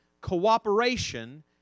cooperation